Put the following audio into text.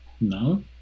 No